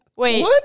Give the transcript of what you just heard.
Wait